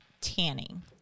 tanning